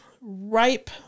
ripe